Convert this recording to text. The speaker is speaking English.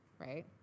right